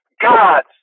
gods